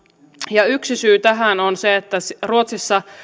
ja yksi syy tähän on se että ruotsissa